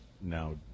now